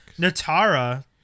Natara